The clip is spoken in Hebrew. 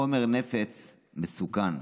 חומר נפץ מסוכן.